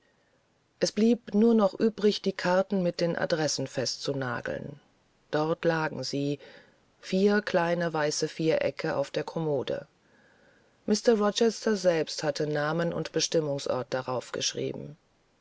es blieb nur noch übrig die karten mit den adressen festzunageln dort lagen sie vier kleine weiße vierecke auf der kommode mr rochester selbst hatte namen und bestimmungsort darauf geschrieben